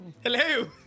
hello